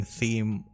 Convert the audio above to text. theme